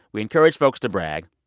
we encourage folks to brag.